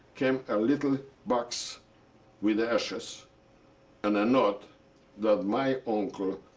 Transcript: came a little box with ashes and a note that my uncle,